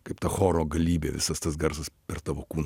kaip ta choro galybė visas tas garsas per tavo kūną